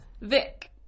Vic